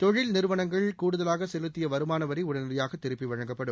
தொழில் நிறுவனங்கள் கூடுதலாக செலுத்திய வருமான வரி உடனடியாக திருப்பி வழங்கப்படும்